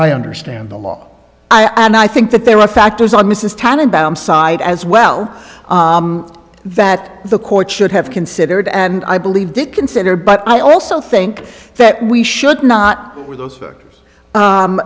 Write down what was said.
i understand the law i and i think that there are factors on mrs tannenbaum side as well that the court should have considered and i believe to consider but i also think that we should not